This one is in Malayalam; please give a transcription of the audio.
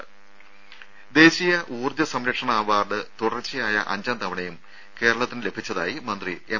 ദേദ ദേശീയ ഊർജ്ജ സംരക്ഷണ അവാർഡ് തുടർച്ചയായ അഞ്ചാം തവണയും കേരളത്തിന് ലഭിച്ചതായി മന്ത്രി എം